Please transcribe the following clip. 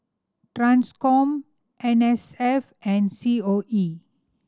Transcom N S F and C O E